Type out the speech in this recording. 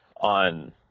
on